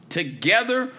together